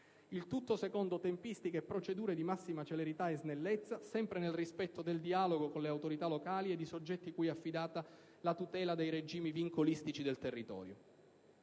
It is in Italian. Il tutto secondo tempistiche e procedure di massima celerità e snellezza, sempre nel rispetto del dialogo con le autorità locali ed i soggetti cui è affidata la tutela dei regimi vincolistici del territorio.